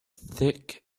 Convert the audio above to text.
thick